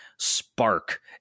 spark